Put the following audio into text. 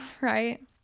right